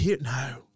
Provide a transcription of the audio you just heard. No